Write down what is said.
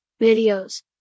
videos